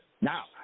Now